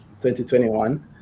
2021